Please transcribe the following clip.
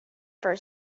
for